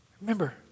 Remember